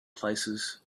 places